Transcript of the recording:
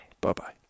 Bye-bye